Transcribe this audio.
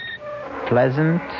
pleasant